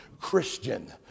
Christian